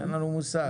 אין לנו מושג.